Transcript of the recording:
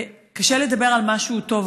קשה לדבר על משהו טוב.